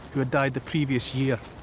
who had died the previous year.